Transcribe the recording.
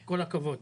כל הכבוד.